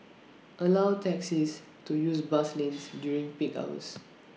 allow taxis to use bus lanes during peak hours